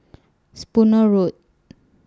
Spooner Road